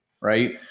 right